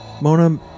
Mona